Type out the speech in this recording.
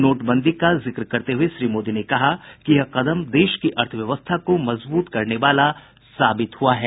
नोटबंदी का जिक्र करते हुये श्री मोदी ने कहा कि यह कदम देश की अर्थ व्यवस्था को मजबूत करने वाला साबित हुआ है